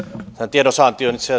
tiedonsaanti on itse